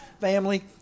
family